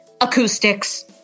acoustics